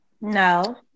No